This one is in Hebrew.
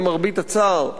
למרבה הצער,